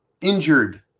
injured